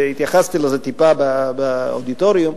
והתייחסתי לזה טיפה באודיטוריום,